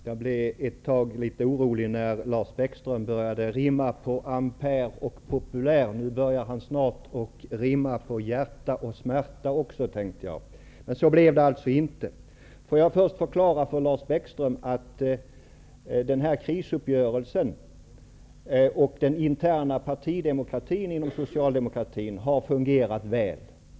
Herr talman! Jag blev ett tag litet orolig när Lars ''populär'' och trodde att han snart skulle börja rimma även på ''hjärta'' och ''smärta''. Men så blev det alltså inte. Får jag först förklara för Lars Bäckström att den interna partidemokratin inom Socialdemokratien i samband med krisuppgörelserna har fungerat väl.